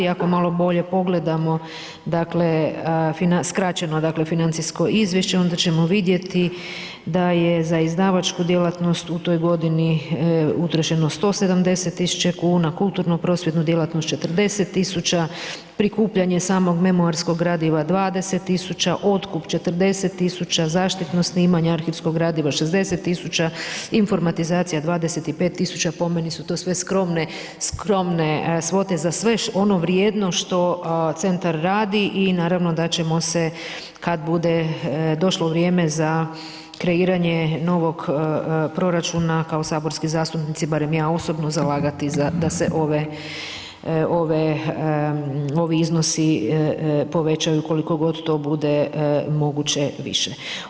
Ako malo bolje pogledamo dakle skraćeno dakle financijsko izvješće onda ćemo vidjeti da je za izdavačku djelatnost u toj godini utrošeno 170 tisuća kuna, kulturno prosvjetnu djelatnost 40 tisuća, prikupljanje samog memoarskog gradiva 20 tisuća, otkup 40 tisuća, zaštitno snimanje arhivskog gradiva 60 tisuća, informatizacija 25 tisuća, po meni su to sve skromne svote za sve ono vrijedno što centar radi i naravno da ćemo se kad bude došlo vrijeme za kreiranje novog proračuna kao saborski zastupnici barem ja osobno zalagati da se ovi iznosi povećaju koliko god to bude moguće više.